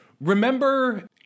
Remember